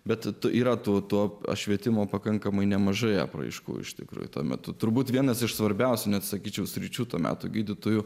bet yra tu to švietimo pakankamai nemažai apraiškų iš tikrųjų tuo metu turbūt vienas iš svarbiausių net sakyčiau sričių to meto gydytojų